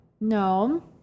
No